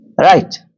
Right